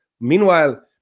Meanwhile